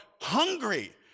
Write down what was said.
hungry